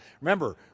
Remember